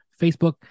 Facebook